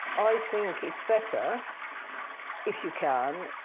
i think it's better if you can,